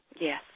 Yes